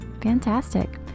Fantastic